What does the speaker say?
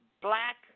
black